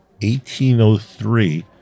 1803